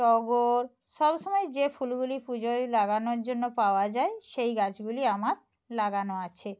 টগর সব সময় যে ফুলগুলি পুজোয় লাগানোর জন্য পাওয়া যায় সেই গাছগুলি আমার লাগানো আছে